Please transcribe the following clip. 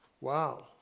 Wow